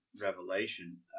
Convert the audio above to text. revelation